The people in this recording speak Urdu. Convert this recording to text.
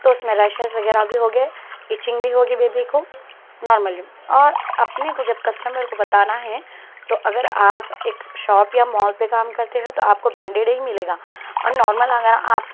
تو اس میں ریشیز وغیرہ بھی ہوں گے ایچنگ بھی ہوگی بیبی کو نارملی اور اپنے کو جب کسٹمر کو بتانا ہے تو اگر آپ ایک شاپ یا مال پہ کام کرتے ہو تو آپ کو برانڈیڈ ہی ملے گا اور نارمل اگر آپ